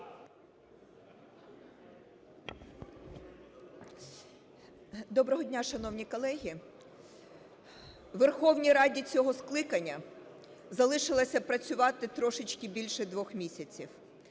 Доброго дня, шановні колеги! Верховній Раді цього скликання залишилося працювати трошечки більше двох місяців.